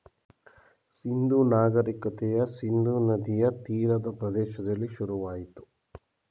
ಸಿಂಧೂ ನಾಗರಿಕತೆಯ ಸಿಂಧೂ ನದಿಯ ತೀರ ಪ್ರದೇಶದಲ್ಲಿ ಶುರುವಾಯಿತು